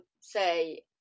say